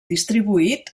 distribuït